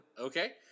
Okay